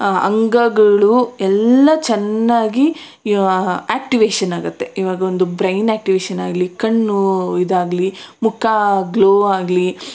ಅಂಗಗಳು ಎಲ್ಲ ಚೆನ್ನಾಗಿ ಆ್ಯಕ್ಟಿವೇಶನ್ ಆಗುತ್ತೆ ಇವಾಗ ಒಂದು ಬ್ರೈನ್ ಆಕ್ಟಿವೇಶನ್ ಆಗಲಿ ಕಣ್ಣು ಇದಾಗಲಿ ಮುಖ ಗ್ಲೋ ಆಗಲಿ